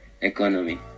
economy